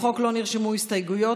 לחוק לא נרשמו הסתייגויות.